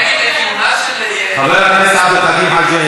חבר הכנסת עבד אל חכים חאג' יחיא, בבקשה.